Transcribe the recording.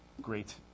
great